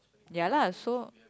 ya lah so